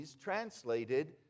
translated